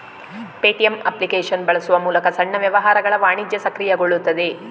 Paytm application ಬಳಸುವ ಮೂಲಕ ಸಣ್ಣ ವ್ಯವಹಾರಗಳ ವಾಣಿಜ್ಯ ಸಕ್ರಿಯಗೊಳ್ಳುತ್ತದೆ